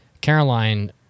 Caroline